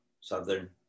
Southern